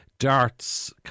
darts